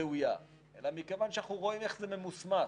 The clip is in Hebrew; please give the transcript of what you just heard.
ראויה, אלא מכיוון שאנחנו רואים איך זה ממוסמס.